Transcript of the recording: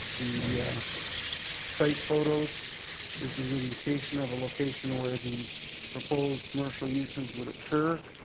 the site photos this is an indication of a location where the proposed commercial uses would occur.